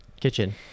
Kitchen